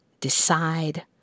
decide